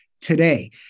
today